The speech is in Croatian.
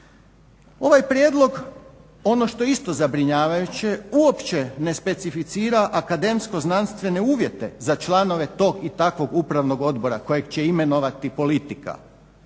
Ovaj prijedlog, ono što je isto zabrinjavajuće, uopće ne specificira akademsko-znanstvene uvjete za članove tog i takvog upravnog odbora kojeg će imenovati politika.